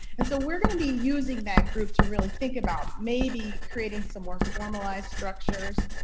and so we're gonna be using that group to really think about maybe creating some more formalized structures